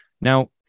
now